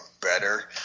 better